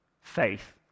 faith